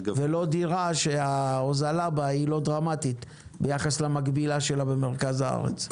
ולא דירה שההוזלה בה היא לא דרמטית ביחס למגבילה שלה במרכז הארץ.